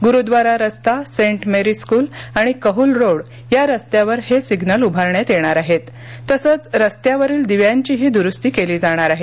गुरूद्वारा रस्ता saint Mary school आणि Kahul road या रस्त्यावर हे सिग्नल उभारण्यात येणार आहेत तसंच रस्त्यावरील दिव्यांचीही दुरुस्ती केली जाणार आहे